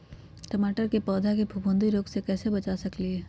टमाटर के पौधा के फफूंदी रोग से कैसे बचा सकलियै ह?